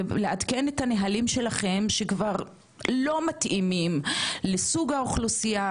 לעדכן את הנהלים שלכם שכבר לא מתאימים לסוג האוכלוסייה,